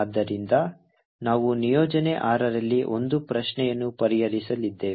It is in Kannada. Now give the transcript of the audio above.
ಆದ್ದರಿಂದ ನಾವು ನಿಯೋಜನೆ ಆರರಲ್ಲಿ ಒಂದು ಪ್ರಶ್ನೆಯನ್ನು ಪರಿಹರಿಸಲಿದ್ದೇವೆ